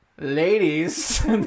Ladies